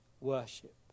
worship